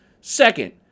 Second